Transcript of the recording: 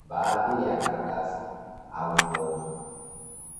baadhi ya karatasi au fomu.